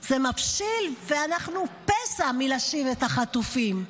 זה מבשיל, ואנחנו פסע מלהשיב את החטופים.